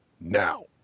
now